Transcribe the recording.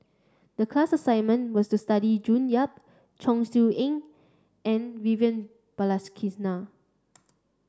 the class assignment was to study June Yap Chong Siew Ying and Vivian Balakrishnan